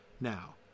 now